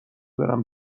برم